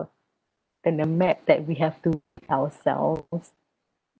than the map that we have to ourselves